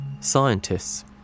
scientists